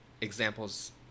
examples